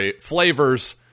flavors